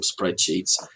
spreadsheets